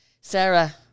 Sarah